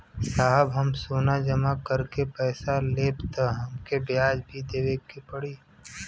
साहब हम सोना जमा करके पैसा लेब त हमके ब्याज भी देवे के पड़ी?